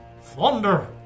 thunder